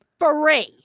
Free